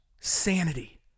Sanity